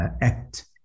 Act